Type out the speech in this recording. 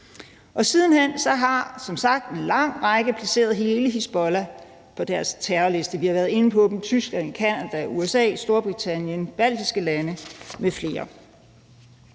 Siden hen har som sagt en lang række lande placeret hele Hizbollah på deres terrorlister. Vi har været inde på dem: Tyskland, Canada, USA, Storbritannien, de baltiske lande m.fl.